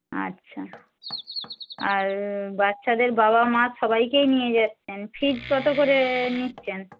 আচ্ছা আর বাচ্চাদের বাবা মা সবাইকেই নিয়ে যাচ্ছেন ফিজ কত করে নিচ্ছেন